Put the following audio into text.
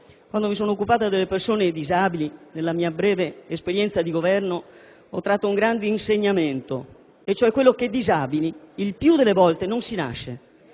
Quando mi sono occupata delle persone disabili, nella mia breve esperienza di Governo, ho tratto un grande insegnamento, vale a dire che il più delle volte disabili non si nasce.